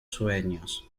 sueños